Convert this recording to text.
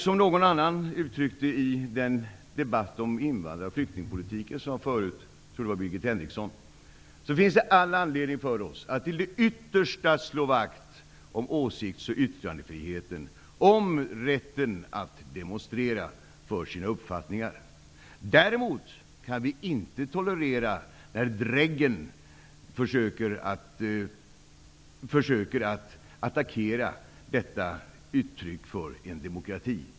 Som någon sade i debatten om invandrar och flyktingpolitik -- jag tror att det var Birgit Henriksson -- finns det all anledning för oss att till det yttersta slå vakt om åsikts och yttrandefriheten och om rätten att demonstrera för våra uppfattningar. Däremot kan vi inte tolerera att dräggen försöker attackera detta uttryck för demokrati.